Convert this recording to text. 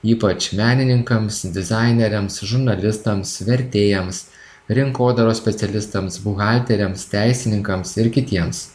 ypač menininkams dizaineriams žurnalistams vertėjams rinkodaros specialistams buhalteriams teisininkams ir kitiems